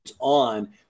on